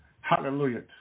hallelujah